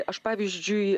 aš pavyzdžiui